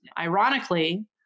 ironically